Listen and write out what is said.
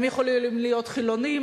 הם יכולים להיות חילונים,